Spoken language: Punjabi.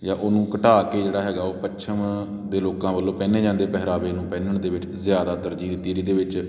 ਜਾਂ ਉਹਨੂੰ ਘਟਾ ਕੇ ਜਿਹੜਾ ਹੈਗਾ ਉਹ ਪੱਛਮ ਦੇ ਲੋਕਾਂ ਵੱਲੋਂ ਪਹਿਨੇ ਜਾਂਦੇ ਪਹਿਰਾਵੇ ਨੂੰ ਪਹਿਨਣ ਦੇ ਵਿੱਚ ਜ਼ਿਆਦਾ ਤਰਜੀਹ ਦਿੱਤੀ ਇਹਦੇ ਵਿੱਚ